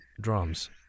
drums